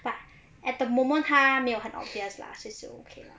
but at the moment 他没有很 obvious lah so still okay lah